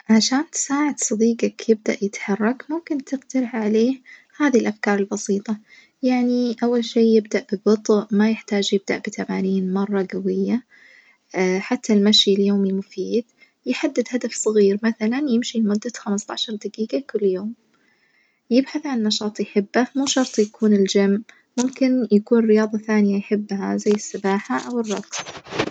عشان تساعد صديجك يجدر يتحرك ممكن تقترح عليه هذي الأفكار البسيطة، يعني أول شي يبدأ ببطء ما يحتاج يبدأ بتمارين مرة جوية، حتى المشي اليومي مفيد يحدد هدف صغير مثلًا يمشي لمدة خمسة عشر دجيجة كل يوم، يبحث عن نشاط يحبه مو شرط يكون الجيم ممكن يكون رياظة ثانية يحبها زي السباحة أو الرجص.